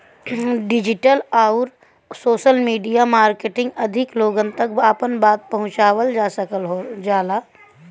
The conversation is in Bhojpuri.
डिजिटल आउर सोशल मीडिया मार्केटिंग अधिक लोगन तक आपन बात पहुंचावल जा सकल जाला